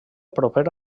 proper